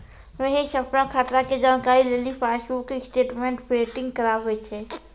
महेश अपनो खाता के जानकारी लेली पासबुक स्टेटमेंट प्रिंटिंग कराबै छै